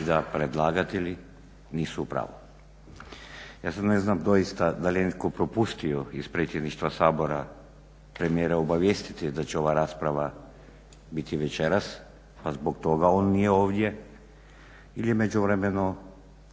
i da predlagatelji nisu u pravu. Ja sad ne znam doista da li je netko propustio iz predsjedništva Sabora premijera obavijestiti da će ova rasprava biti večeras pa zbog toga on nije ovdje ili je u međuvremenu